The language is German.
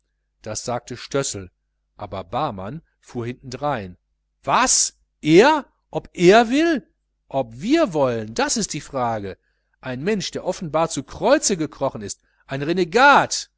das sagte stössel aber barmann fuhr hinterdrein was er ob er will ob wir wollen das ist die frage ein mensch der offenbar zu kreuze gekrochen ist ein renegat